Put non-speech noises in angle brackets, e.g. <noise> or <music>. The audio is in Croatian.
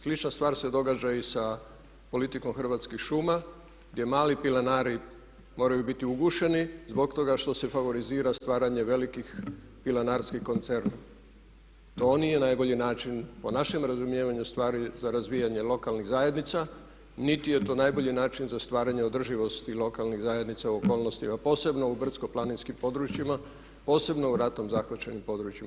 Slična stvar se događa i sa politikom Hrvatskih šuma gdje mali pilanari moraju biti ugušeni zbog toga što se favorizira stvaranje velikih pilanarskih … <unintelligible> To nije najbolji način po našem razumijevanju stvari za razvijanje lokalnih zajednica niti je to najbolji način za stvaranje održivosti lokalnih zajednica u okolnostima, posebno u brdsko-planinskim područjima, posebno u ratom zahvaćenim područjima.